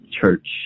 church